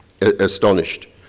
astonished